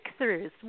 breakthroughs